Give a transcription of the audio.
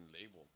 label